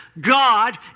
God